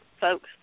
folks